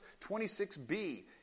26b